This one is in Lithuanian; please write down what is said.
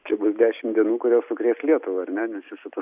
čia bus dešim dienų kurios sukrės lietuvą ar ne nes jis ato